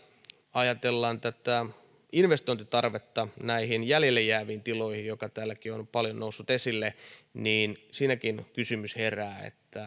ajatellaan tätä investointitarvetta näihin jäljelle jääviin tiloihin joka täälläkin on paljon noussut esille niin siinäkin kysymys herää